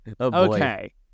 okay